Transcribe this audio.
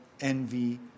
envy